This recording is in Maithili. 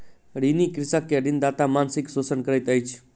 ऋणी कृषक के ऋणदाता मानसिक शोषण करैत अछि